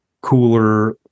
cooler